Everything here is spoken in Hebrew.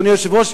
אדוני היושב-ראש,